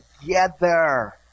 together